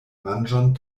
manĝon